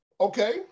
okay